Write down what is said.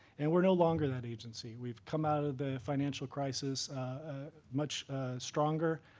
and we're no longer that agency. we've come out of the financial crisis much stronger.